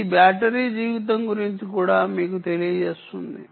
ఇది బ్యాటరీ జీవితం గురించి కూడా మీకు తెలియజేస్తుంది